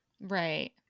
Right